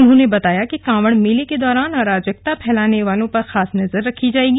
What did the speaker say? उन्होंने बताया कि कांवड़ मेले के दौरान अराजकता फैलाने वालों पर खास नजर रखी जाएगी